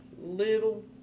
little